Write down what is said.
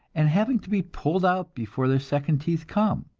and having to be pulled out before their second teeth come.